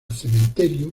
cementerio